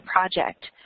project